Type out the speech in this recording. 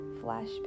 flash